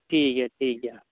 ᱴᱷᱤᱠ ᱜᱮᱭᱟ ᱴᱷᱤᱠ ᱜᱮᱭᱟ